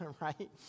right